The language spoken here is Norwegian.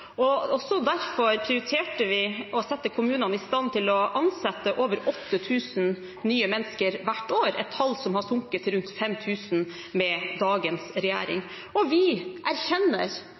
regjering. Også derfor prioriterte vi å sette kommunene i stand til å ansette over 8 000 nye mennesker hvert år – et tall som har sunket til rundt 5 000 under dagens regjering. Vi erkjenner